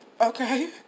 Okay